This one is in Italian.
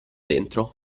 dentro